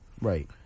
Right